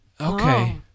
Okay